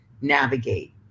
navigate